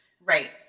Right